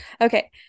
okay